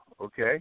okay